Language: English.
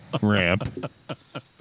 Ramp